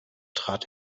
trat